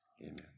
Amen